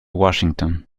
washington